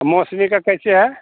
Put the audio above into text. मौसम्बी का कैसे है